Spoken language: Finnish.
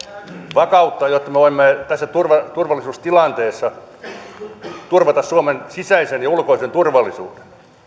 vakautta jotta me voimme tässä turvallisuustilanteessa turvata suomen sisäisen ja ulkoisen turvallisuuden